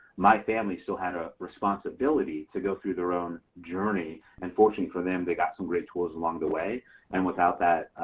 my family still had a responsibility to go through their own journey and fortunately for them they got some great tools along the way and without that,